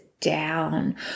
down